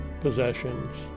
possessions